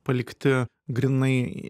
palikti grynai